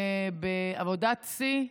בעבודת שיא,